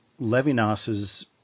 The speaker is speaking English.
Levinas's